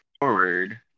forward